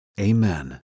amen